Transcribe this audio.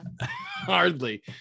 hardly